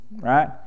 right